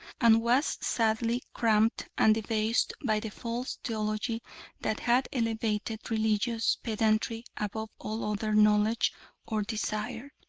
and was sadly cramped and debased by the false theology that had elevated religious pedantry above all other knowledge or desire.